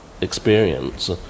experience